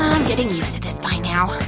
i'm getting used to this by now.